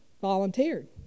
volunteered